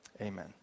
amen